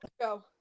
go